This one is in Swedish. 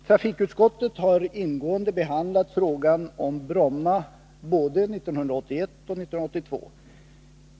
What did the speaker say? Trafikutskottet har ingående behandlat frågan om Bromma både 1981 och 1982.